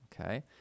okay